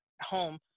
home